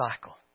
cycle